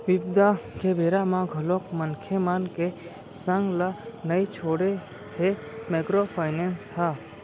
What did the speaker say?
बिपदा के बेरा म घलोक मनखे मन के संग ल नइ छोड़े हे माइक्रो फायनेंस ह